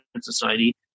society